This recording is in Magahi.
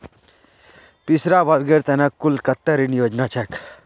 पिछड़ा वर्गेर त न कुल कत्ते ऋण योजना छेक